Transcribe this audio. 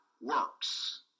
works